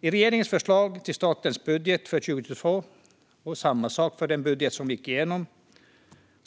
I regeringens förslag till statens budget för 2022, och i den budget som det fattades beslut